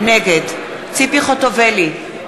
נגד ציפי חוטובלי,